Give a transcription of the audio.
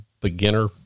beginner